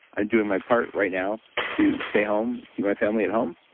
i'm doing my part right now to stay home, keep my family at home,